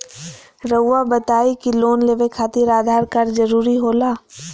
रौआ बताई की लोन लेवे खातिर आधार कार्ड जरूरी होला?